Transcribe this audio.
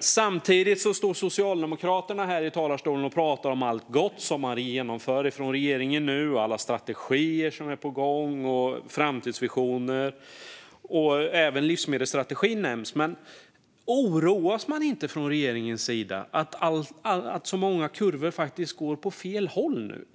Samtidigt står Socialdemokraterna här i talarstolen och pratar om allt gott som regeringen genomför nu, om alla strategier som är på gång och om framtidsvisioner. Även livsmedelsstrategin nämns. Men oroas man inte från regeringens sida av att så många kurvor faktiskt går åt fel håll?